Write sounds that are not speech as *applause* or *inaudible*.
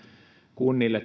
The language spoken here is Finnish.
kunnille *unintelligible*